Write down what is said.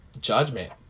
judgment